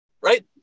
right